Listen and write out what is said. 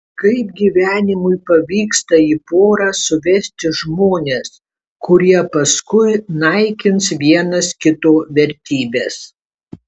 kaip gyvenimui pavyksta į porą suvesti žmones kurie paskui naikins vienas kito vertybes